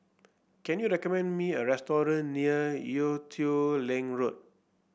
can you recommend me a restaurant near Ee Teow Leng Road